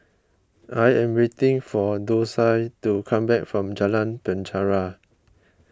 I am waiting for Dosia to come back from Jalan Penjara